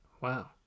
Wow